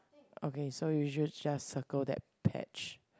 okay so you should just circle that patch